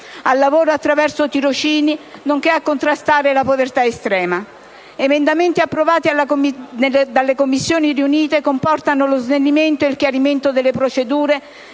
al lavoro attraverso tirocini, nonché a contrastare la povertà estrema. Emendamenti approvati dalle Commissioni riunite comportano lo snellimento e il chiarimento delle procedure